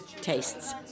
tastes